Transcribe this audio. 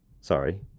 Sorry